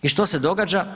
I što se događa?